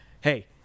hey –